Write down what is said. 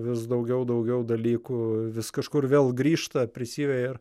vis daugiau daugiau dalykų vis kažkur vėl grįžta prisiveja